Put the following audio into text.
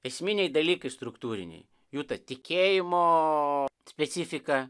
esminiai dalykai struktūriniai jų tikėjimo specifika